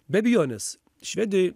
be abejonės švedijoj